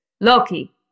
Loki